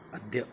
अद्य